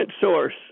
source